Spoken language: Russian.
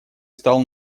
стал